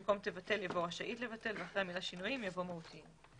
במקום "תבטל" יבוא "רשאית לבטל" ואחרי המילה "שינויים" יבוא "מהותיים".